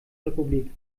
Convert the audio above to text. republik